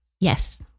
Yes